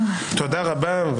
תודה רבה.